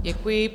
Děkuji.